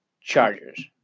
Chargers